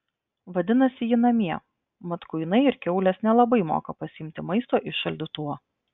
vadinasi ji namie mat kuinai ir kiaulės nelabai moka pasiimti maisto iš šaldytuvo